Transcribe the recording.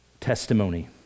testimony